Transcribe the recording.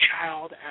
child